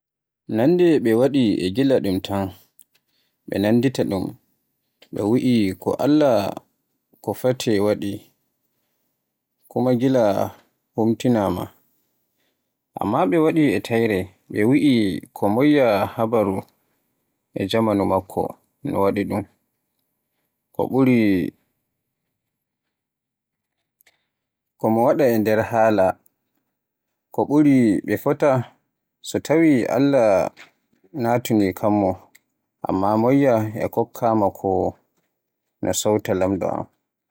Ñande ɓe waɗi e gila ɗum tan, ɓe nanndita ɗum. ɓe wi’i ko Alla, ko fate waɗi, kuma gila humtinaama. Amma ɓe waɗi e taƴre, ɓe wi’i ko moƴƴa, habaru e jamanu makko no waɗi ɗum. Ko ɓuri ɓuri, ko mo waɗa e nder haala. Ko ɓuri ɓe fota, so tawii Alla naatani kammu, amma moƴƴa e kokkomaako no sawta lamɗo on.